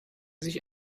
sich